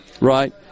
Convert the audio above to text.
right